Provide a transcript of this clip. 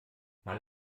mal